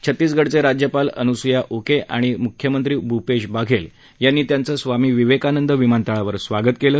छत्तीसगडचे राज्यपाल अनुसूया उके आणि मुख्यमंत्री भुपेश बघेल यांनी त्यांचं स्वामी विवेकानंद विमानतळावर स्वागत केलं